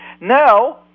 Now